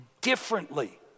differently